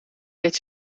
weet